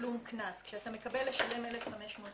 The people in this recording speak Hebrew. אבל יש דברים פה שגורמים לנו נזק אדיר.